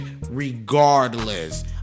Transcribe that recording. regardless